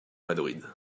madrid